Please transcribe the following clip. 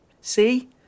See